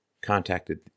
contacted